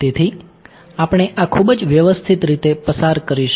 તેથી આપણે આ ખૂબ જ વ્યવસ્થિત રીતે પસાર કરીશું